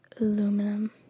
Aluminum